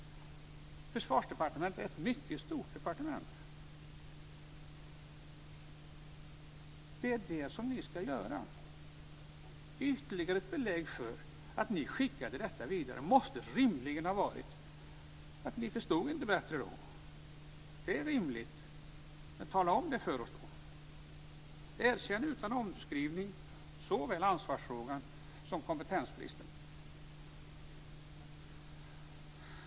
Försvarsdepartementet är ett mycket stort departement. Att ni skickade detta vidare måste rimligen vara ytterligare ett belägg för att ni inte förstod bättre då. Det är rimligt att tala om det för oss. Erkänn det utan omskrivning såväl i ansvarsfrågan som i fråga om kompetensbristen.